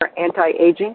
anti-aging